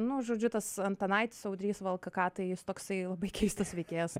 nu žodžiu tas antanaitis audrys vlkk tai jis toksai labai keistas veikėjas